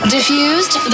Diffused